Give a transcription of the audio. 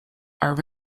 are